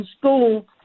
school